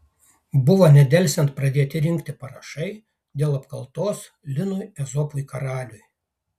buvo nedelsiant pradėti rinkti parašai dėl apkaltos linui ezopui karaliui